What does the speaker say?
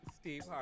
Steve